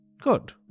Good